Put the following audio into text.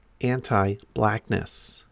Anti-Blackness